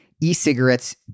e-cigarettes